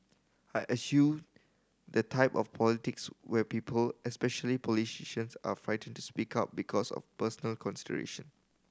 I eschew the type of politics where people especially politicians are frightened to speak up because of personal consideration